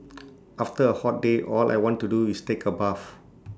after A hot day all I want to do is take A bath